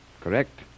Correct